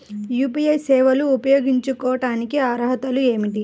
UPI సేవలు ఉపయోగించుకోటానికి అర్హతలు ఏమిటీ?